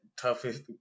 toughest